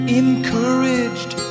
encouraged